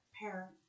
parent